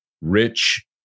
rich